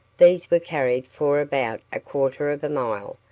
these were carried for about a quarter of a mile,